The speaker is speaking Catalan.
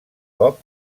cop